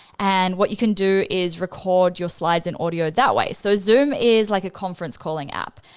and what you can do is record your slides and audio that way. so zoom is like a conference calling app,